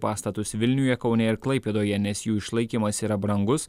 pastatus vilniuje kaune ir klaipėdoje nes jų išlaikymas yra brangus